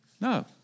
No